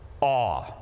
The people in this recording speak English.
AWE